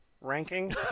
ranking